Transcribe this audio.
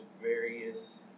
various